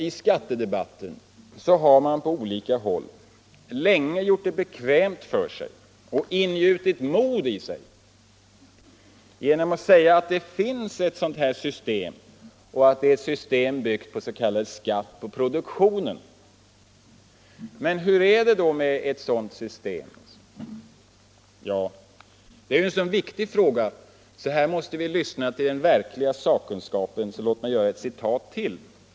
I skattedebatten har man på olika håll länge gjort det bekvämt för sig och ingjutit mod i sig genom att säga att det finns ett sådant här system, byggt på skatt på produktionen. Men hur är det då med ett sådant system? Det är en så viktig fråga att vi här måste lyssna till den verkliga sakkunskapen. Låt mig anföra ytterligare ett citat.